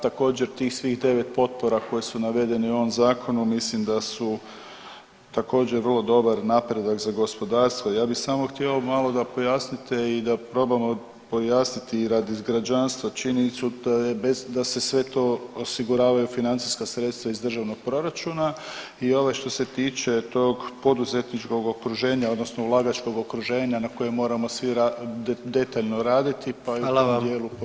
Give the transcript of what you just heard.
Također, tih svih 9 potpora koje su navedene u ovom Zakonu mislim da su također, vrlo dobar napredak za gospodarstvo, ja bih samo htio malo da pojasnite i da probamo pojasniti i radi građanstva činjenicu da se sve to osiguravaju financijska sredstva iz državnog proračuna i ovaj što se tiče tog poduzetničkog okruženja, odnosno ulagačkog okruženja na kojem moramo svi detaljno raditi [[Upadica: Hvala vam.]] pa i u jednom dijelu pojačati taj dio.